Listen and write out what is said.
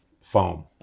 foam